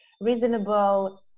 reasonable